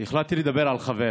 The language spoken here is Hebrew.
החלטתי לדבר על חבר,